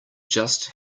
just